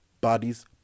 Bodies